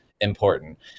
important